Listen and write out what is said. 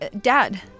Dad